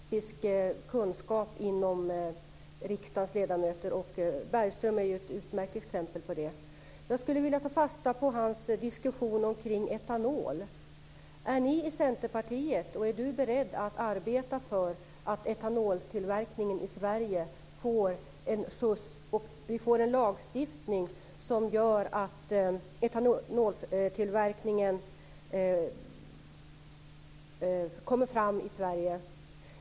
Fru talman! Som jag tidigare sade, och som näringsministern också sade, finns det en bred regionalpolitisk kunskap hos riksdagens ledamöter. Sven Bergström är ju ett utmärkt exempel på det. Jag skulle vilja ta fasta på hans diskussion kring etanol. Är ni i Centerpartiet beredda att arbeta för att vi får en lagstiftning som gör att etanoltillverkningen kan komma fram i Sverige?